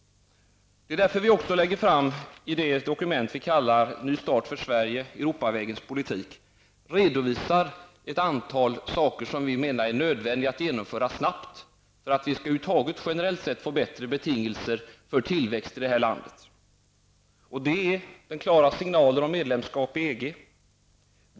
Det är också därför vi lägger fram det dokument vi kallar Ny start för Sverige, Europavägens politik, där vi redovisar ett antal saker som vi menar är nödvändiga att genomföra snabbt för att generellt sett få bättre betingelser för tillväxt i detta land. Det är klara signaler om medlemskap i EG.